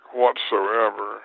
whatsoever